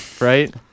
right